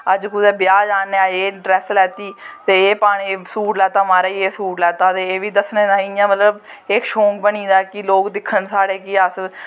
अज्ज कुदै ब्याह् जाने एह् ड्रैस्स लैत्ती ते एह् पाने सूट लैत्ता माराज़ सूट दस्सने तांई इयां मतलव इक शौक बनी दा कि लोग दिक्खने साढ़े कि अस